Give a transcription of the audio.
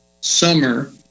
summer